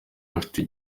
bafite